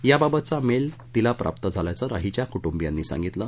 याबाबतचा मेल तिला प्राप्त झाल्याचं राहीच्या कुटूंबियांनी सांगितलं